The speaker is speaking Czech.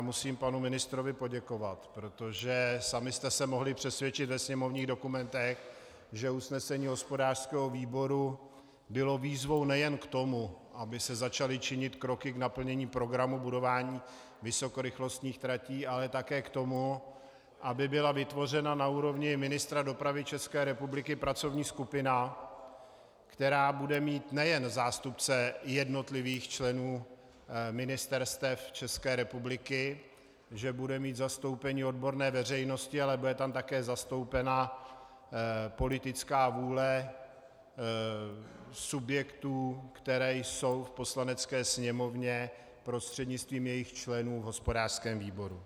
Musím panu ministrovi poděkovat, protože sami jste se mohli přesvědčit ve sněmovních dokumentech, že usnesení hospodářského výboru bylo výzvou nejen k tomu, aby se začaly činit kroky k naplnění programu budování vysokorychlostních tratí, ale také k tomu, aby byla vytvořena na úrovni ministra dopravy ČR pracovní skupina, která bude mít nejen zástupce jednotlivých členů ministerstev ČR, že bude mít zastoupení odborné veřejnosti, ale bude tam také zastoupena politická vůle subjektů, které jsou v Poslanecké sněmovně, prostřednictvím jejích členů v hospodářském výboru.